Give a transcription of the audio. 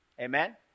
amen